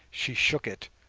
she shook it,